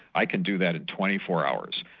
i can do that in twenty four hours,